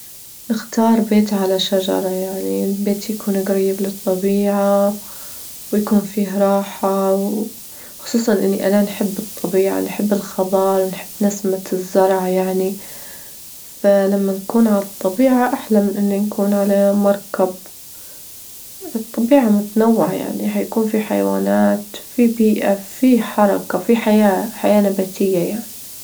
نختار بيت على شجرة، يعني البيت يكون جريب للطبيعة، ويكون فيه راحة، وخصوصا إني أنا نحب الطبيعة، نحب الخظار، نحب نسمة الزرع يعني، فلما نكون عالطبيعة أحلى من إنه نكون علي مركب، الطبيعة متنوعة يعني حيكون في حيوانات، في بيئة، في حركة، في حياة- حياة نباتية يعني.